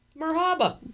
Merhaba